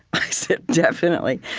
i said, definitely.